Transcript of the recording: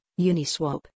Uniswap